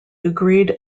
agreed